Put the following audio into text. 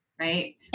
Right